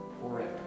forever